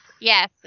Yes